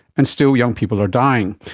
and still young people are dying.